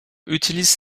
utilisent